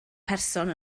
person